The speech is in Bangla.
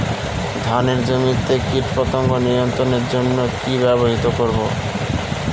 ধানের জমিতে কীটপতঙ্গ নিয়ন্ত্রণের জন্য কি ব্যবহৃত করব?